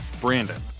Brandon